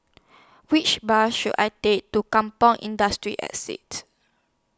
Which Bus should I Take to Kampong Industry Estate